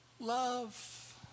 love